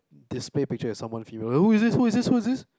display picture is someone female who is this who is this who is this